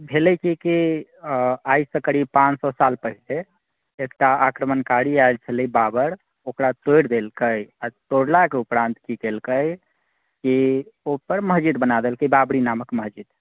भेलै जे कि आइसँ करीब पाँच सए साल पहिले एकटा आक्रमणकरी आएल छलै बाबर ओकरा तोड़ि देलकै आ तोड़लाके उपरान्त कि केलकै कि ओहि पर मस्जिद बना देलकै बाबरी नामक मस्जिद